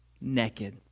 naked